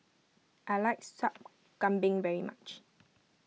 I like Sup Kambing very much